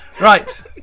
Right